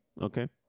Okay